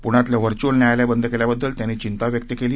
पृण्यातलं व्हर्युअल न्यायालय बंद केल्याबद्दल त्यांनी चिंता व्यक्त केली